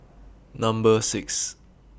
Number six